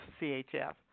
CHF